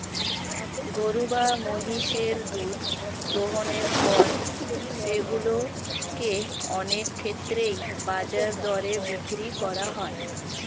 গরু বা মহিষের দুধ দোহনের পর সেগুলো কে অনেক ক্ষেত্রেই বাজার দরে বিক্রি করা হয়